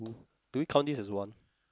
do we count this as one